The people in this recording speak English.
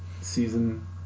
season